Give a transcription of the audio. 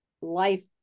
life